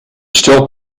still